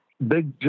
Big